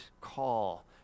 call